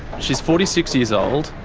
she's forty six years old,